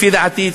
לפי דעתי,